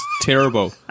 terrible